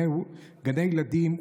גני ילדים,